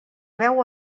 beu